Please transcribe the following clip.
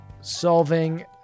solving